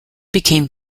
became